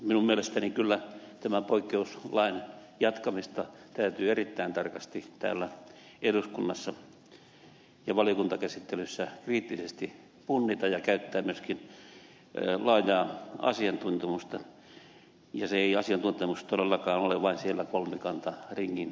minun mielestäni kyllä tämän poikkeuslain jatkamista täytyy erittäin tarkasti täällä eduskunnassa ja valiokuntakäsittelyssä kriittisesti punnita ja käyttää myöskin laajaa asiantuntemusta ja asiantuntemus ei todellakaan ole vain siellä kolmikantaringin sisällä